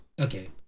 Okay